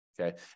Okay